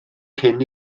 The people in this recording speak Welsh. cyn